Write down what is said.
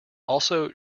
also